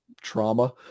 trauma